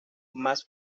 más